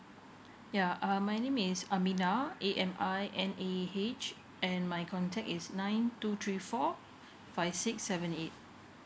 ya uh my name is aminah A M I N A H and my contact is nine two three four five six seven eight